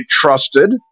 trusted